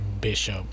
bishop